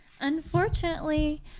Unfortunately